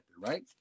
right